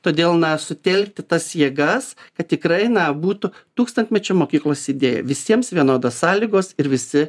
todėl na sutelkti tas jėgas kad tikrai na būtų tūkstantmečio mokyklos idėja visiems vienodos sąlygos ir visi